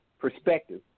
perspective